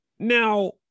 Now